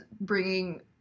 bringing